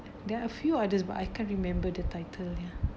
there are a few others but I can't remember the title ya